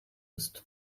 ist